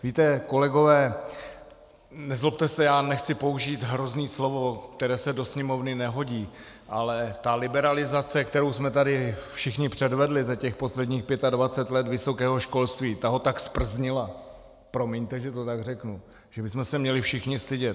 Víte, kolegové, nezlobte se, nechci použít hrozné slovo, které se do Sněmovny nehodí, ale ta liberalizace, kterou jsme tady všichni předvedli za těch posledních 25 let vysokého školství, ta ho tak zprznila, promiňte, že to tak řeknu, že bychom se měli všichni stydět.